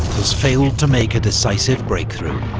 has failed to make a decisive breakthrough.